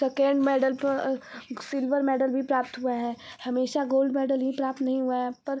second medal silver medal भी प्राप्त हुए हैं हमेशा गोल्ड मेडल ही प्राप्त नहीं हुआ है पर